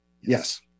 yes